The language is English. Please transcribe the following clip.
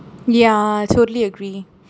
ya I totally agree